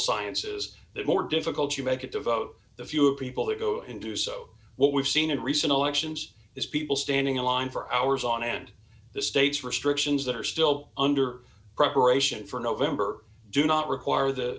sciences the more difficult you make it to vote the fewer people they go into so what we've seen in recent elections is people standing in line for hours on end the state's restrictions that are still under preparation for november do not require the